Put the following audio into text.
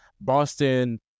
Boston